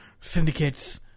syndicates